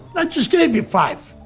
i just gave you five.